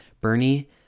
Bernie